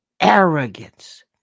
arrogance